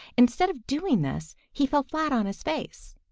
instead of doing this, he fell flat on his face.